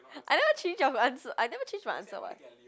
I never change of answer I never change my answer [what]